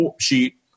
sheet